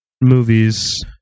movies